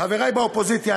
חברי באופוזיציה,